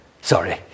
Sorry